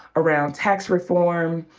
around tax reform,